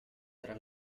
tra